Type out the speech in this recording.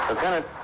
Lieutenant